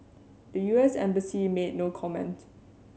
the U S embassy made no comment